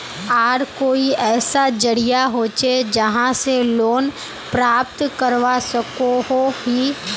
आर कोई ऐसा जरिया होचे जहा से लोन प्राप्त करवा सकोहो ही?